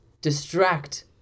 distract